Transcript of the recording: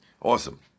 Awesome